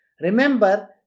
Remember